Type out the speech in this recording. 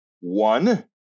one